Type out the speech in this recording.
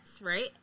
right